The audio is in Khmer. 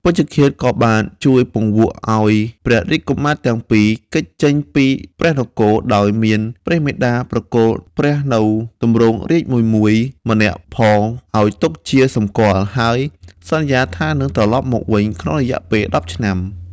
ពេជ្ឈឃាតក៏បានជួយពង្វក់ឱ្យព្រះរាជកុមារទាំងពីរគេចចេញពីព្រះនគរ ដោយមានព្រះមាតាប្រគល់ព្រះនូវទម្រង់រាជ្យមួយៗ ម្នាក់ផងឱ្យទុកជាសម្គាល់ ហើយសន្យាថានឹងត្រឡប់មកវិញក្នុងរយៈពេល ១០ ឆ្នាំ។